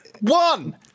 One